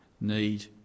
need